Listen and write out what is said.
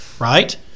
right